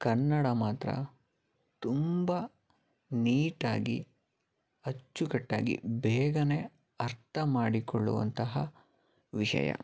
ಕನ್ನಡ ಮಾತ್ರ ತುಂಬ ನೀಟಾಗಿ ಅಚ್ಚುಕಟ್ಟಾಗಿ ಬೇಗನೆ ಅರ್ಥ ಮಾಡಿಕೊಳ್ಳುವಂತಹ ವಿಷಯ